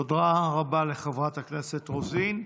תודה רבה לחברת הכנסת רוזין.